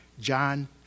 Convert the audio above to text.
John